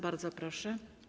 Bardzo proszę.